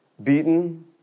beaten